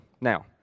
Now